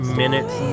minutes